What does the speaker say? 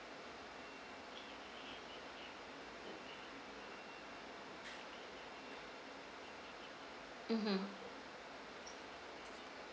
mmhmm